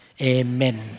Amen